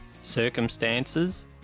circumstances